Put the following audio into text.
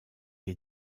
est